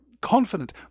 confident